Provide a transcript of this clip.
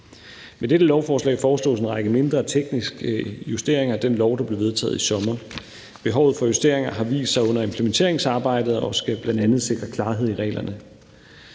Med dette lovforslag foreslås en række mindre tekniske justeringer af den lov, der blev vedtaget i sommer. Behovet for justeringer har vist sig under implementeringsarbejdet, og det skal bl.a. sikre klarhed i reglerne.